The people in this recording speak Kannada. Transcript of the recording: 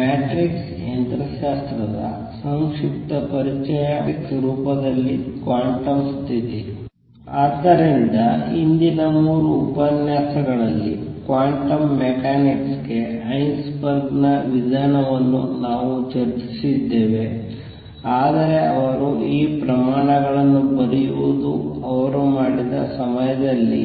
ಮ್ಯಾಟ್ರಿಕ್ಸ್ ಯಂತ್ರಶಾಸ್ತ್ರದ ಸಂಕ್ಷಿಪ್ತ ಪರಿಚಯ ಮತ್ತು ಮ್ಯಾಟ್ರಿಕ್ಸ್ ರೂಪದಲ್ಲಿ ಕ್ವಾಂಟಮ್ ಸ್ಥಿತಿ ಆದ್ದರಿಂದ ಹಿಂದಿನ 3 ಉಪನ್ಯಾಸಗಳಲ್ಲಿ ಕ್ವಾಂಟಮ್ ಮೆಕ್ಯಾನಿಕ್ಸ್ ಗೆ ಹೈಸೆನ್ಬರ್ಗ್ ನ ವಿಧಾನವನ್ನು ನಾವು ಚರ್ಚಿಸಿದ್ದೇವೆ ಆದರೆ ಅವರು ಈ ಪ್ರಮಾಣಗಳನ್ನು ಬರೆಯುವುದು ಅವರು ಮಾಡಿದ ಸಮಯದಲ್ಲಿ